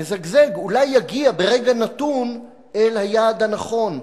מזגזג אולי יגיע ברגע נתון אל היעד הנכון,